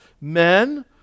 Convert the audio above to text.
Men